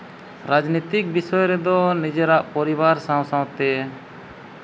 ᱨᱟᱡᱽᱱᱤᱛᱤᱠ ᱵᱤᱥᱚᱭ ᱨᱮᱫᱚ ᱱᱤᱡᱮᱨᱟᱜ ᱯᱚᱨᱤᱵᱟᱨ ᱥᱟᱶ ᱥᱟᱶᱛᱮ